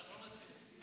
ההצעה להעביר את